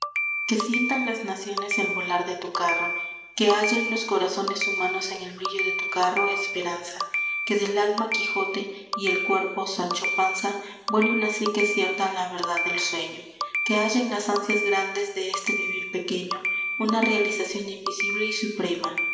que sientan las naciones el volar de tu carro que hallen los corazones humanos en el brillo de tu carro esperanza que del alma quijote y el cuerpo sancho panza vuele una psique cierta a la verdad del sueño que hallen las ansias grandes de este vivir pequeño una realización invisible y suprema